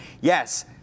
Yes